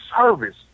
service